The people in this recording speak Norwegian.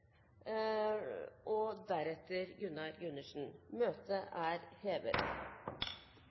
og deretter Gunnar Gundersen. – Møtet er hevet.